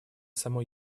само